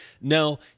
no